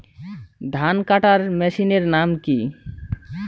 ধান কাটার মেশিনের নাম কি?